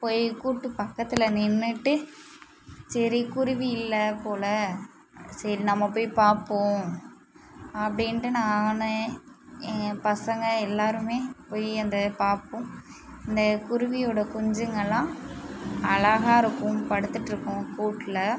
போய் கூட்டு பக்கத்தில் நின்னுகிட்டு சரி குருவி இல்லை போல சரி நம்ம போய் பார்ப்போம் அப்படின்ட்டு நான் எங்கள் பசங்க எல்லாருமே போய் அந்த பார்ப்போம் அந்த குருவியோட குஞ்சுங்கள்லாம் அழகாக இருக்கும் படுத்துட்யிருக்கும் கூட்டில்